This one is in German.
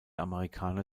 amerikaner